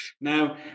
now